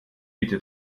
bitte